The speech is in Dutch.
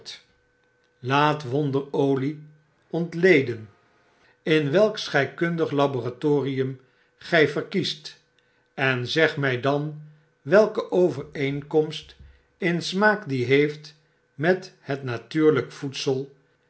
laat wonderolie ontleden in welk scheikundig laboratorium gjj verkiest efezeg mjj danwelke overeenkomst in smaak die heeft met het natuurlijk voedsel